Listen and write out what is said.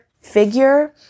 figure